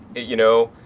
you know,